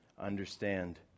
understand